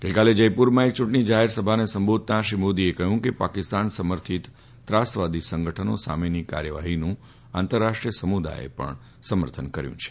ગઈકાલે જયપુરમાં એક ચૂંટણી જાહેરસભાને સંબોધતા શ્રી મોદીએ કહ્યું કે પાકિસ્તાન સમર્થીત ત્રાસવાદી સંગઠનો સામેની કાર્યવાફીનું આંતરરાષ્ટ્રીય સમુદાયે પણ સમર્થન કર્યું છે